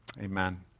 Amen